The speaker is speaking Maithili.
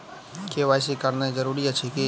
के.वाई.सी करानाइ जरूरी अछि की?